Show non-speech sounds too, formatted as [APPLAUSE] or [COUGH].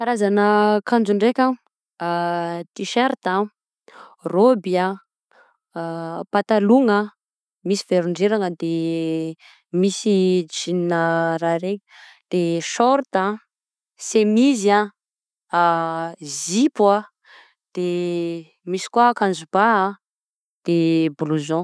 Karazana akanjo ndraiky a: [HESITATION] tiserta an, rôby an, [HESITATION] patalogna misy velondrirana, de misy jean raha reny de sôrta, semizy a, [HESITATION] zipo, de [HESITATION] misy koa akanjo bà, de blouson.